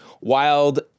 Wild